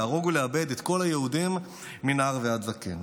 להרוג ולאבד את כל היהודים מנער ועד זקן